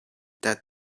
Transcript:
dead